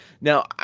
Now